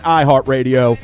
iHeartRadio